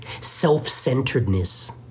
Self-centeredness